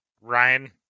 Ryan